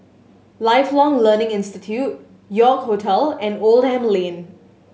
Lifelong Learning Institute York Hotel and Oldham Lane